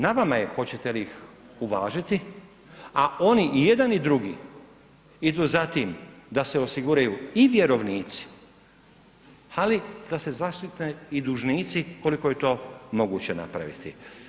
Na vama je hoće li ih uvažiti, a oni i jedan i drugi idu za tim da se osiguraju i vjerovnici, ali da se zaštite i dužnici koliko je to moguće napraviti.